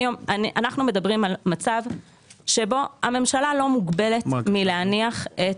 אנחנו מדברים על מצב שבו הממשלה לא מוגבלת מלהניח את